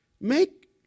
Make